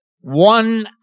One